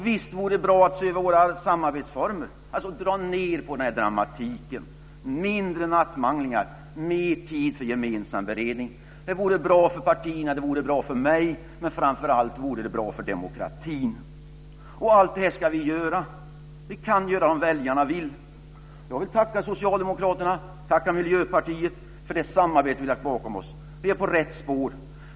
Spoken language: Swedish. Visst vore det bra att se över våra samarbetsformer, dra ned på dramatiken och ha färre nattmanglingar och mer tid för gemensam beredning. Det vore bra för partierna, och det vore bra för mig, men framför allt vore det bra för demokratin. Allt detta ska vi göra. Vi kan göra det om väljarna vill. Jag vill tacka Socialdemokraterna och Miljöpartiet för det samarbete vi lagt bakom oss. Vi är på rätt spår.